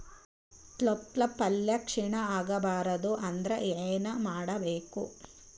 ತೊಪ್ಲಪಲ್ಯ ಕ್ಷೀಣ ಆಗಬಾರದು ಅಂದ್ರ ಏನ ಮಾಡಬೇಕು?